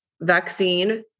vaccine